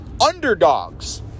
Underdogs